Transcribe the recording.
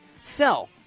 Sell